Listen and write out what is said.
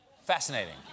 Fascinating